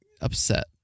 upset